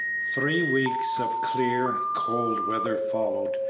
three weeks of clear, cold weather followed,